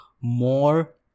more